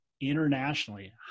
internationally